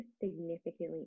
significantly